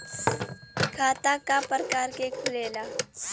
खाता क प्रकार के खुलेला?